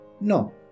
No